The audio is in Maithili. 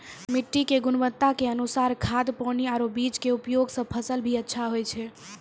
मिट्टी के गुणवत्ता के अनुसार खाद, पानी आरो बीज के उपयोग सॅ फसल भी अच्छा होय छै